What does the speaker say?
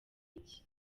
iki